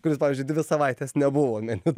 kuris pavyzdžiui dvi savaites nebuvo meniu